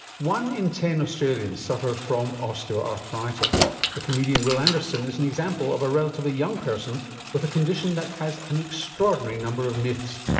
one in ten australians suffer from osteoarthritis. the comedian wil anderson is an example of a relatively young person with a condition that has an extraordinary number of myths,